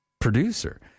producer